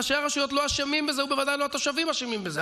ראשי הרשויות לא אשמים בזה ובוודאי התושבים לא אשמים בזה.